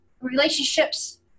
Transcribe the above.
relationships